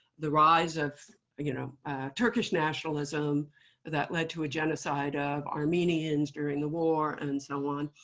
the rise of you know turkish nationalism that led to genocide of armenians during the war, and so on.